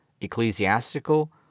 ecclesiastical